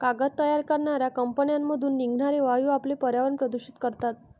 कागद तयार करणाऱ्या कंपन्यांमधून निघणारे वायू आपले पर्यावरण प्रदूषित करतात